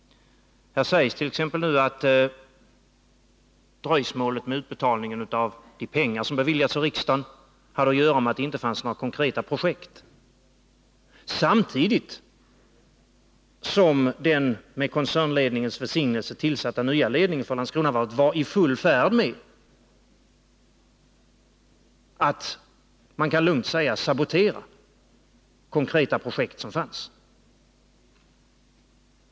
Här sägs t.ex. nu att dröjsmålet med utbetalningen av de pengar som beviljats av riksdagen hade att göra med att det inte fanns några konkreta projekt, detta samtidigt som den med koncernledningens välsignelse tillsatta nya ledningen för Landskronavarvet var i full färd med att — det kan man lugnt säga — sabotera konkreta projekt som fanns.